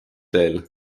teel